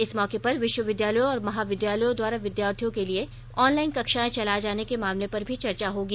इस मौके पर विष्वविद्यालयों और महाविद्यालयों द्वारा विद्यार्थियों के लिए ऑनलाइन कक्षाएं चलाए जाने के मामले पर भी चर्चा होगी